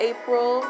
April